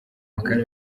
amakara